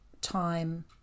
time